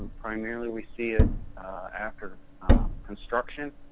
primarily we see it after construction.